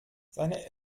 seine